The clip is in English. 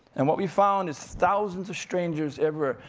and what we found is thousands of strangers everywhere.